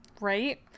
Right